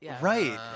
right